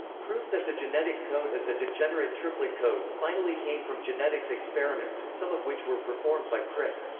proof that the genetic code is a degenerate triplet code finally came from genetics experiments, some of which were performed by crick.